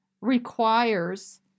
requires